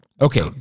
okay